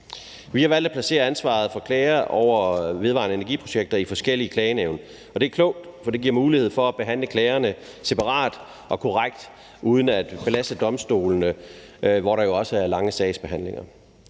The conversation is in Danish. Vi har valgt at placere ansvaret for klager over vedvarende energi-projekter i forskellige klagenævn, og det er klogt, fordi det giver mulighed for at behandle klagerne separat og korrekt uden at belaste domstolene, hvor der jo også er lange sagsbehandlingstider.